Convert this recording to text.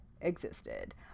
existed